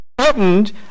threatened